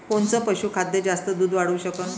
कोनचं पशुखाद्य जास्त दुध वाढवू शकन?